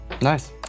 Nice